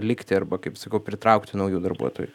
likti arba kaip sakau pritraukti naujų darbuotojų